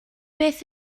beth